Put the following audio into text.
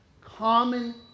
common